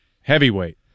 heavyweight